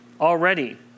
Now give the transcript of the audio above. already